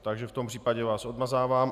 Takže v tom případě vás odmazávám.